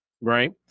right